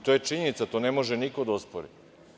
To je činjenica i to ne može niko da ospori.